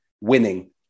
winning